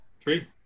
Three